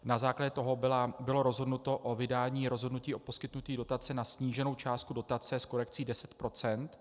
Na základě toho bylo rozhodnuto o vydání rozhodnutí o poskytnutí dotace na sníženou částku dotace s korekcí 10 %.